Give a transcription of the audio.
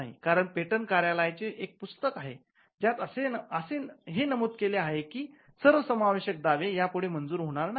कारण पेटंट कार्यालयाचे एक पुस्तक आहे ज्यात हे नमूद केले आहे की सर्वसमावेशक दावे यापुढे मंजूर होणार नाहीत